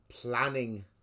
planning